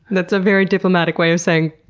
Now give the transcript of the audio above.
it's a very diplomatic way of saying,